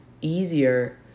easier